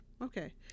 okay